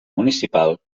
municipal